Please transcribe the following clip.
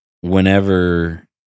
whenever